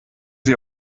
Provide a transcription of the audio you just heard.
sie